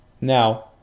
Now